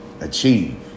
achieve